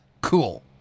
cool